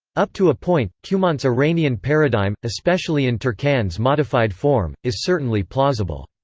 up to a point, cumont's iranian paradigm, especially in turcan's modified form, is certainly plausible.